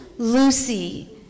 Lucy